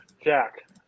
Jack